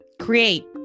create